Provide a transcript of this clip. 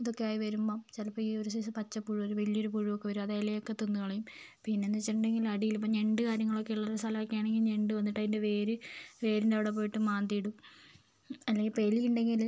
ഇതൊക്കെ ആയി വരുമ്പം ചിലപ്പം ഈ ഒരു സൈസ് പച്ച പുഴു വലിയൊരു പുഴുവൊക്കെ വരും അത് ഇലയൊക്കെ തിന്നുകളയും പിന്നെയെന്നു വെച്ചിട്ടുണ്ടെങ്കിൽ അടിയിൽ ഇപ്പോൾ ഞണ്ടു കാര്യങ്ങളൊക്കെ ഉള്ളൊരു സ്ഥലമൊക്കെയാണെങ്കിൽ ഈ ഞണ്ട് വന്നിട്ട് അതിൻ്റെ വേര് വേരിൻ്റവിടെ പോയിട്ട് മാന്തിയിടും അല്ലെങ്കിൽ ഇപ്പോൾ എലി ഉണ്ടെങ്കിൽ